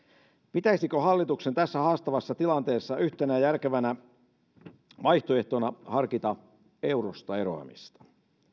pitäisikö hallituksen tässä haastavassa tilanteessa yhtenä järkevänä vaihtoehtona harkita eurosta eroamista